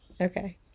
Okay